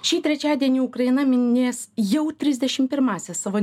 šį trečiadienį ukraina minės jau trisdešim pirmąsias savo